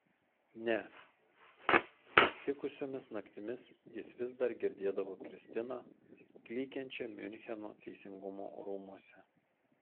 ne tikusiomis naktimis jis vis dar girdėdavo kristiną klykiančią miuncheno teisingumo rūmuose